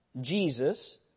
Jesus